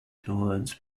towards